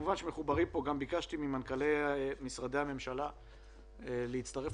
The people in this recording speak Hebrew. ביקשתי ממנכ"לי משרדי הממשלה להצטרף